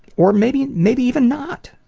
or maybe maybe even not.